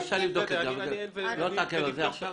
אפשר לבדוק את זה, אבל לא נתעכב על זה עכשיו.